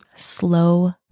Slow